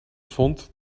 vond